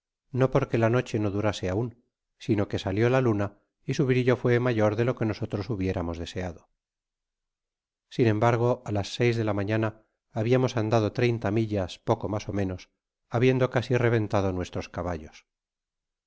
no porque la noche no durase aun sino que salio la luna y su brillo fué mayor de lo que nosotros hubiéramos deseado sia embargo á las seis de la mañana habiamos andado treinta millas poco mas ó menos habiendo casi reventado nuestros caballos